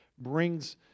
brings